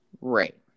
Right